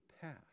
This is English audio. path